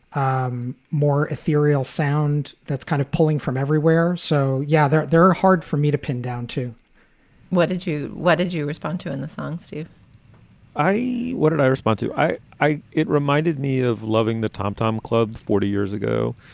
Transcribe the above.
um more ethereal sound. that's kind of pulling from everywhere. so, yeah, they're they're hard for me to pin down, too what did you what did you respond to in the song? do i. i. what did i respond to? i i it reminded me of loving the tom tom club forty years ago.